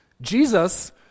Jesus